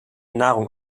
nahrung